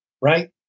right